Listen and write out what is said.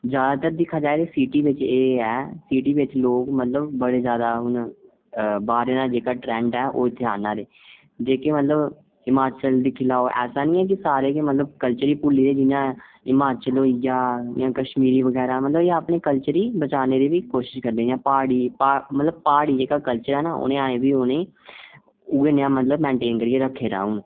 जैदातर दिक्खेआ जा ते सिटी बिच एह् ऐ सिटी बिच लोग मतलब बड़े जैदा हून बाह्रे दा जेह्का ट्रेंड ऐ ओह् इत्थै औंदा दे जेह्के मतलब हिमाचल दिक्खी लैओ ऐसा निं ऐ कि सारे के मतलब कल्चर ही भुल्ली गेदे जि'यां हिमाचल होई गेआ जां कश्मीरी बगैरा मतलब इ'यां अपने कल्चर गी बी बचाने दी कोशिश करदे जि'यां प्हाड़ी मतलब प्हाड़ी जेहका कल्चर ऐ न उ'नें अजें बी उ'नेंगी उ'ऐ ने मतलब मेंटेन करियै रक्खे दा हून